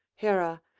hera,